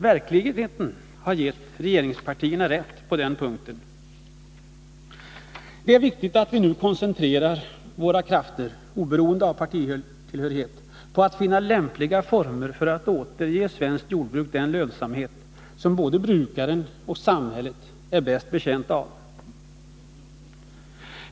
Verkligheten har gett regeringspartierna rätt på den punkten. Det är viktigt att vi nu koncentrerar våra krafter, oberoende av partitillhörighet, på att finna lämpliga former för att återge svenskt jordbruk den lönsamhet som både brukaren och samhället är mest betjänta av.